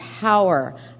power